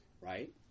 right